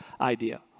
idea